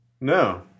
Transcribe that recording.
No